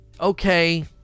Okay